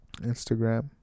Instagram